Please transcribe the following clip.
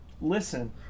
Listen